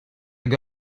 hag